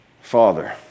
Father